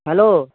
hello